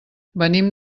venim